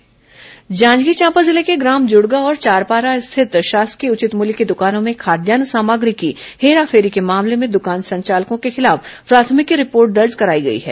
corona PDS कार्रवाई जांजगीर चांपा जिले के ग्राम जुड़गा और चारपारा स्थिति शासकीय उचित मूल्य की द्कानों में खाद्यान्न सामग्री की हेरा फेरी के मामले में द्कान संचालकों के खिलाफ प्राथमिकी रिपोर्ट दर्ज कराई गई है